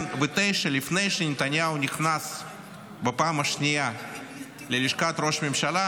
לפני שנתניהו נכנס בפעם השנייה ללשכת ראש הממשלה,